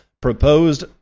proposed